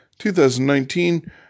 2019